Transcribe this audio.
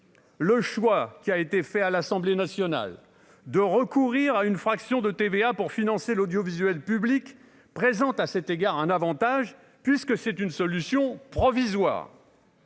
le choix qui a été fait à l'Assemblée nationale de recourir à une fraction de TVA pour financer l'audiovisuel public présente à cet égard un Avantage puisque c'est une solution provisoire.